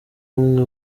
umwe